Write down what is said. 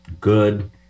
good